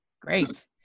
Great